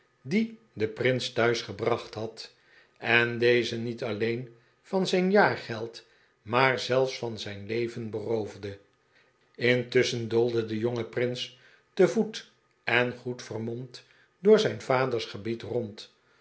die den prins thuis gebracht had en dezen niet alleen van zijn jaargeld maar zelfs van zijn leven beroofde intusschen doolde de jonge prins te voet en goed vermomd door zijn vaders gebied rond